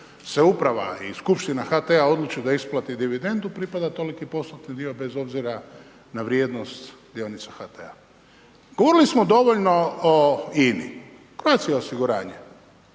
se uprava i skupština HT-a odluči da isplati dividendu, pripada toliki postotni dio bez obzira na vrijednost dionica HT-a. Govorili smo dovoljno o INA-i. Croatia osiguranje,